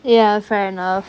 ya fair enough